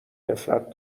نفرت